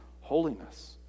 holiness